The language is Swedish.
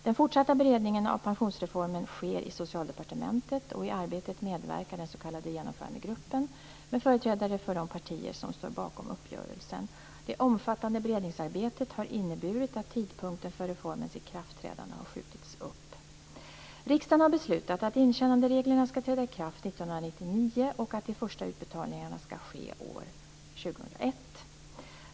Den fortsatta beredningen av pensionsreformen sker i Socialdepartementet. I arbetet medverkar den s.k. genomförandegruppen med företrädare för de partier som står bakom uppgörelsen. Det omfattande beredningsarbetet har inneburit att tidpunkten för reformens ikraftträdande har skjutits upp. Riksdagen har beslutat att intjänandereglerna skall träda i kraft år 1999 och att de första utbetalningarna skall ske år 2001.